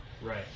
Right